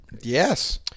Yes